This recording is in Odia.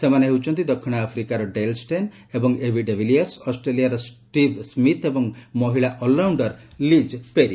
ସେମାନେ ହେଉଛନ୍ତି ଦକ୍ଷିଣ ଆଫ୍ରିକାର ଡେଲ୍ ଷ୍ଟେନ୍ ଏବଂ ଏବି ଡିଭିଲିୟର୍ସ୍ ଅଷ୍ଟ୍ରେଲିଆର ଷ୍ଟିଭ୍ ସ୍କିଥ୍ ଏବଂ ମହିଳା ଅଲ୍ରାଉଣ୍ଡର ଲିକ୍ ପେରି